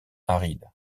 aride